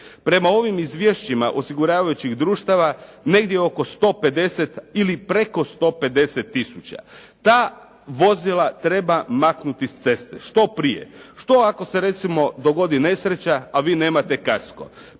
Prema ovim izvješćima osiguravajućih društava negdje oko 150 ili preko 150 tisuća. Ta vozila treba maknuti s ceste, što prije. Što recimo ako se dogodi nesreća, a vi nemate "Kasko"?